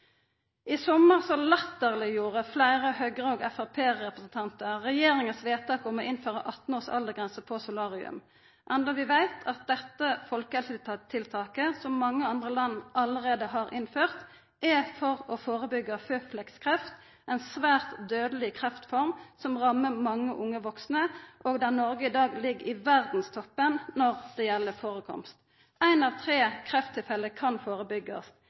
I sommar latterleggjorde fleire Høgre- og Framstegsparti-representantar regjeringas vedtak om å innføra 18-års aldersgrense på solarium, endå vi veit at dette folkehelsetiltaket, som mange andre land allereie har innført, er for å førebyggja føflekkreft – ei svært dødeleg kreftform som rammar mange unge vaksne, og der Noreg i dag ligg i verdstoppen når det gjeld førekomst. Eitt av tre krefttilfelle kan